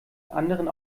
anderen